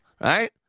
Right